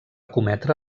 cometre